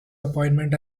appointment